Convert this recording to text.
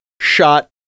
shot